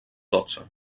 dotze